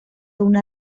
una